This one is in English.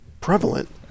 prevalent